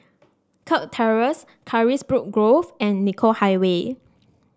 Kirk Terrace Carisbrooke Grove and Nicoll Highway